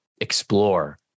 explore